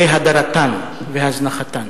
והדרתן והזנחתן.